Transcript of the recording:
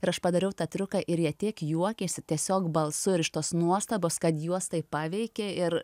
ir aš padariau tą triuką ir jie tiek juokėsi tiesiog balsu ir iš tos nuostabos kad juos taip paveikė ir